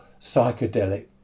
psychedelic